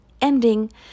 ending